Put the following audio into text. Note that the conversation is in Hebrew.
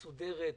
מסודרת,